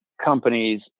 companies